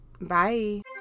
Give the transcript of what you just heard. Bye